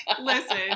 Listen